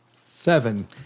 seven